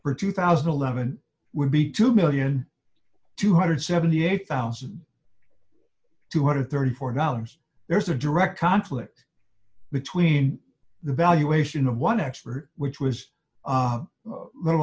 for two thousand and eleven would be two million two hundred and seventy eight thousand dollars two hundred and thirty four dollars there's a direct conflict between the valuation of one expert which was a little